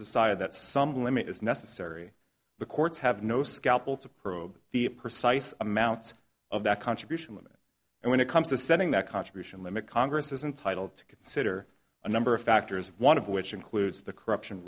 decided that some limit is necessary the courts have no scalpel to probe the precise amounts of that contribution limit and when it comes to setting that contribution limit congress is entitle to consider a number of factors one of which includes the corruption